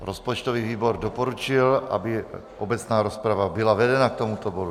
Rozpočtový výbor doporučil, aby obecná rozprava byla vedena k tomuto bodu.